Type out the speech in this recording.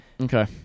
Okay